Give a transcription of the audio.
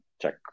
check